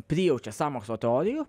prijaučia sąmokslo teorijų